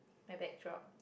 my bag drop